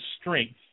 strength